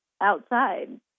outside